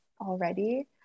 already